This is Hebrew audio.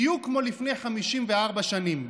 בדיוק כמו לפני 54 שנים.